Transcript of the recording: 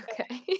okay